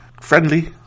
friendly